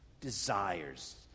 desires